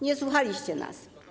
Nie słuchaliście nas.